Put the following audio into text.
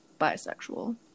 bisexual